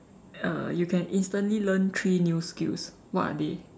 uh you can instantly learn three new skills what are they